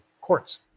courts